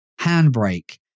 Handbrake